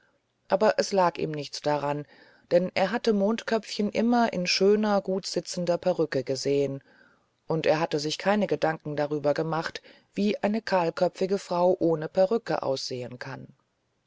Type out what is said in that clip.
aber es lag ihm nichts daran denn er hatte mondköpfchen immer in schöner gutsitzender perücke gesehen und er hatte sich keine gedanken darüber gemacht wie eine kahlköpfige frau ohne perücke aussehen kann